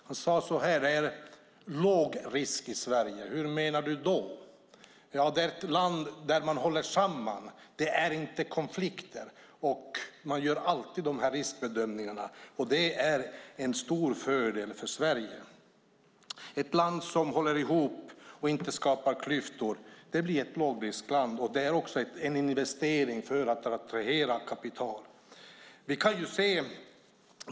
Han svarade: Det är låg risk i Sverige. Hur menar du, frågade jag. Han svarade: Det är ett land där man håller samman och där det inte är några konflikter. Man gör alltid de riskbedömningarna. Det är en stor fördel för Sverige. Ett land som håller ihop och inte skapar klyftor är ett lågriskland. Det är också en investering för att attrahera kapital.